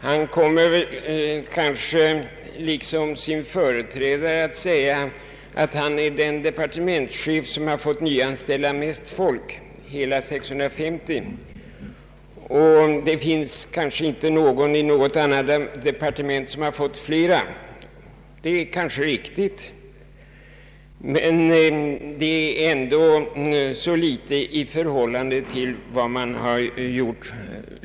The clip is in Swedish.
Han kommer kanske, liksom sin företrädare, att säga att han är den departementschef som fått nyanställa mest folk, hela 650. Det är kanske riktigt att man inte i något annat departement har fått mer, men det är ändå litet i förhållande till vad som begärts.